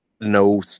no